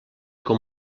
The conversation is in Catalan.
com